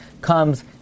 comes